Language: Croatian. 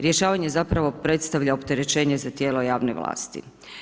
Rješavanje zapravo predstavlja opterećenje za tijelo javne vlasti.